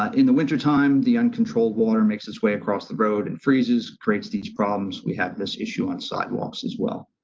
ah in the wintertime, the uncontrolled water makes its way across the road and freezes creates these problems. we have this issue on sidewalks as well.